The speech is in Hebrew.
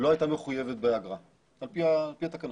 לא הייתה מחויבת באגרה על פי התקנות,